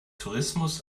tourismus